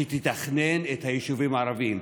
שתתכנן את היישובים הערביים.